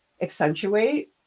accentuate